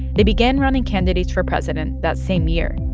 they began running candidates for president that same year.